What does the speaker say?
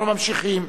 אנחנו ממשיכים.